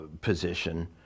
position